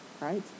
Right